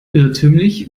irrtümlich